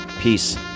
Peace